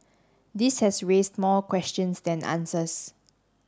this has raised more questions than answers